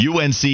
UNC